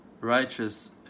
righteous